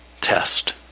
test